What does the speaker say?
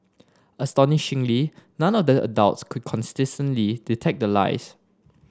astonishingly none of the adults could consistently detect the lies